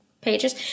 pages